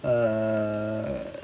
err